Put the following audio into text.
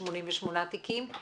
88 תיקים?